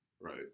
right